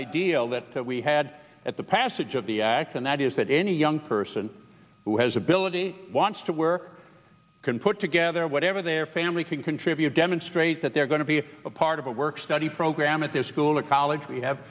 ideal that we had at the passage of the act and that is that any young person who has ability wants to work can put together whatever their family can contribute demonstrate that they're going to be a part of a work study program at their school or college w